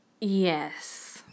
Yes